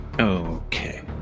Okay